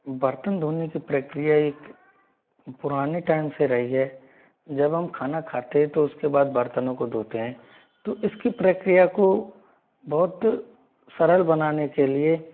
बर्तन धोने की प्रक्रिया एक पुराने टाइम से रही है जब हम खाना खाते हैं तो उसके बाद बर्तनों को धोते हैं तो इसकी प्रक्रिया को बुहत सरल बनाने के लिए